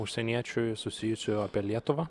užsieniečiui susijusių apie lietuvą